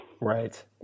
Right